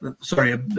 sorry